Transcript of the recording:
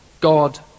God